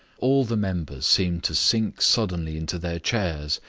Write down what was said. all the members seemed to sink suddenly into their chairs,